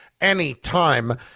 anytime